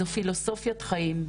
זו פילוסופית חיים,